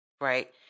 right